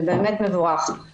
זה באמת מבורך.